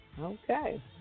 Okay